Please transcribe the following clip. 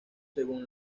según